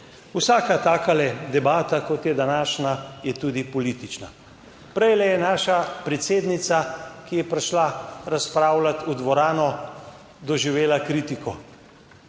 Vsaka taka debata, kot je današnja, je tudi politična. Prej je naša predsednica, ki je prišla razpravljati v dvorano, doživela kritiko,